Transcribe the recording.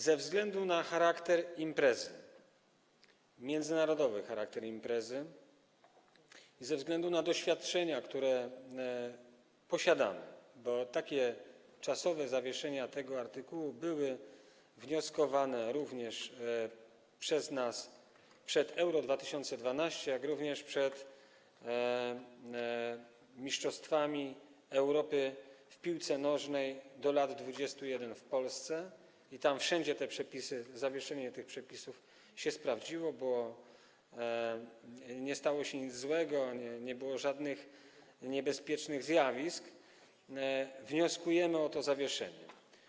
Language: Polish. Ze względu na międzynarodowy charakter imprezy, ze względu na doświadczenia, które posiadamy, bo czasowe zawieszenie tego artykułu było wnioskowane przez nas przed Euro 2012, jak również przed mistrzostwami Europy w piłce nożnej do lat 21 w Polsce - wszędzie tam zawieszenie tych przepisów się sprawdziło, bo nie stało się nic złego, nie było żadnych niebezpiecznych zjawisk - wnioskujemy o to zawieszenie.